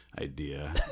Idea